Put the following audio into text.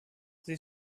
sie